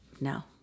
No